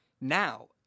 now